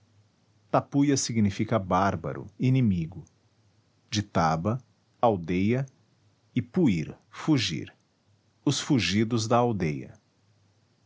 tapuia significa bárbaro inimigo de taba aldeia e puir fugir os fugidos da aldeia